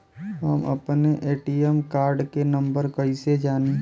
हम अपने ATM card के नंबर कइसे जानी?